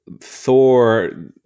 Thor